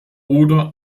oder